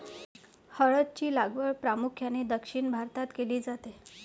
हळद ची लागवड प्रामुख्याने दक्षिण भारतात केली जाते